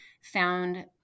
found